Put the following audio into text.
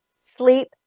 sleep